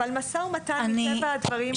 אבל משא ומתן מטבע הדברים הוא חסוי.